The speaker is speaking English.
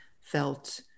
felt